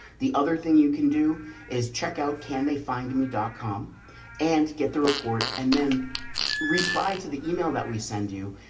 the other thing you can do is checkout. can they find me dot com and get the report and then reply to the email that we send you.